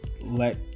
let